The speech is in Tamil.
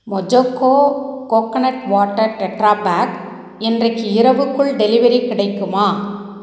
Mojoco coconut water tetra pack இன்றைக்கு இரவுக்குள் டெலிவரி கிடைக்குமா